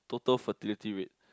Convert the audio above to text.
total fertility rate